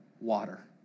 water